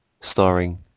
starring